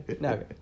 No